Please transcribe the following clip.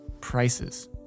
prices